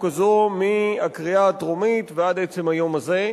הזאת מהקריאה הטרומית ועד עצם היום הזה.